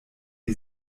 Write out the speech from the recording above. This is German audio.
die